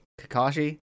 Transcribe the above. Kakashi